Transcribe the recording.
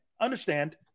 understand